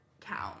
count